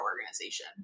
organization